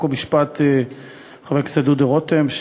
חוק ומשפט חבר הכנסת דוד רותם,